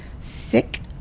sick